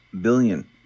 billion